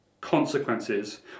consequences